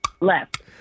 Left